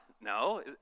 No